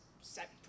set